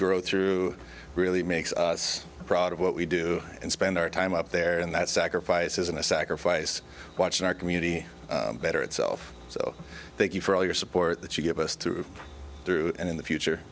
grow through really makes us proud of what we do and spend our time up there in that sacrifice isn't a sacrifice watching our community better itself so thank you for all your support that you give us through through and in the future